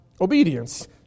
obedience